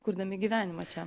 kurdami gyvenimą čia